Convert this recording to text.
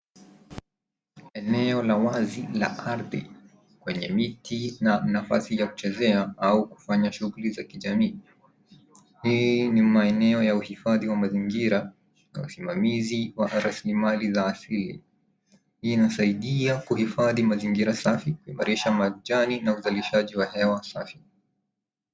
Eneo la wazi la ardhi. Kwenye miti, kuna nafasi ya kuchezea au kufanya shughuli za kijamii. Ni maeneo ya uhifadhi wa mazingira usimamizi wa rasilmali za asili. Inasaidia kuhifadhi mazingira safi kuimarisha majani na uzalishaji wa hewa safi.